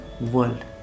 world